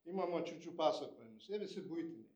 ima močiučių pasakojimus jie visi buitiniai